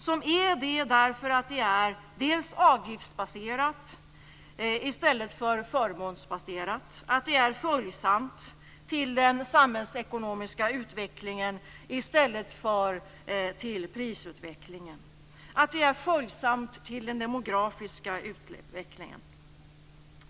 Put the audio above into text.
Det är det dels därför att det är avgiftsbaserat i stället för förmånsbaserat, dels därför att det är följsamt till den samhällsekonomiska utvecklingen i stället för till prisutvecklingen, dels därför att det är följsamt till den demografiska utvecklingen.